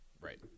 Right